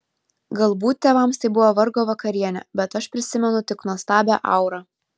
galbūt tėvams tai buvo vargo vakarienė bet aš prisimenu tik nuostabią aurą